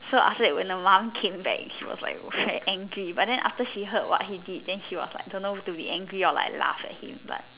so after that when the mom came back she was like very angry but then after she heard what he did then she was like don't know to be angry or like laugh at him but